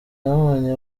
nabonye